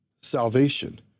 salvation